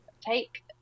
take